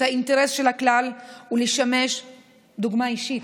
האינטרס של הכלל ולשמש דוגמה אישית.